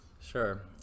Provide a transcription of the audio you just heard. Sure